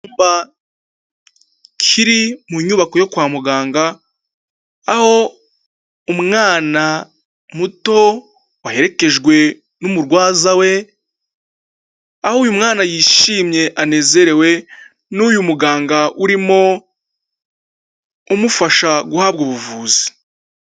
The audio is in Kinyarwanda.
Kiri mu nyubako yo kwa muganga, aho umwana muto aherekejwe n'umurwaza we, aho uyu mwana yishimye anezerewe, n'uyu muganga urimo umufasha guhabwa ubuvuzi.